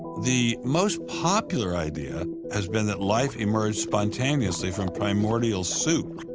the most popular idea has been that life emerged spontaneously from primordial soup.